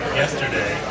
yesterday